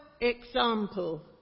example